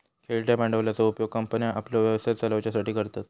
खेळत्या भांडवलाचो उपयोग कंपन्ये आपलो व्यवसाय चलवच्यासाठी करतत